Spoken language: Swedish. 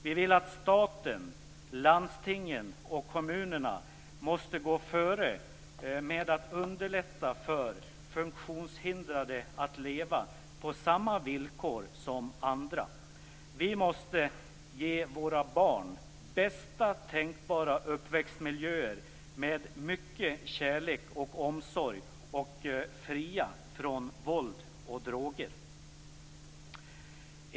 Vi vill att staten, landstingen och kommunerna går före med att underlätta för funktionshindrade att leva på samma villkor som andra. Vi måste också ge våra barn bästa tänkbara uppväxtmiljöer med mycket kärlek och omsorg, miljöer som är fria från våld och droger.